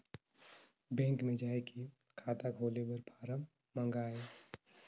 Bank मे जाय के खाता खोले बर फारम मंगाय?